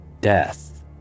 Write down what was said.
Death